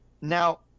Now